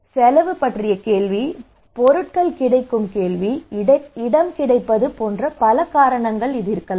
செலவு பற்றிய கேள்வி பொருட்களின் கிடைக்கும் கேள்வி இடம் கிடைப்பது போன்ற பல காரணங்களால் இது இருக்கலாம்